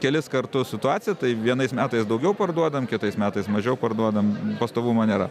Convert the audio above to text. kelis kartus situacija tai vienais metais daugiau parduodam kitais metais mažiau parduodam pastovumo nėra